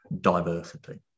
diversity